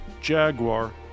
Jaguar